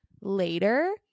later